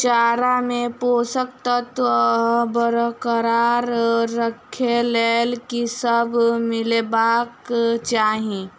चारा मे पोसक तत्व बरकरार राखै लेल की सब मिलेबाक चाहि?